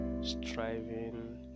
striving